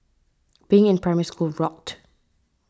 being in Primary School rocked